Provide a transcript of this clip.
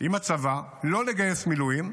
עם הצבא לא לגייס מילואים,